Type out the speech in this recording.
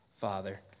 Father